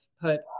put